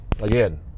Again